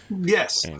Yes